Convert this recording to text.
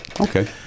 Okay